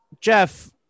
Jeff